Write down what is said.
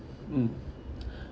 mm